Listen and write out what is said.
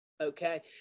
Okay